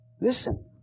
Listen